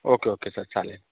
okay okay sir चालेल